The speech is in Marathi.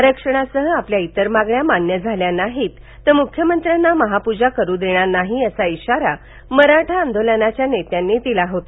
आरक्षणासह आपल्या इतर मागण्या मान्य झाल्या नाही तर मुख्यमंत्र्यांना महापूजा करू देणार नाही असा इशारा मराठा आंदोलनाच्या नेत्यांनी दिला होता